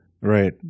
right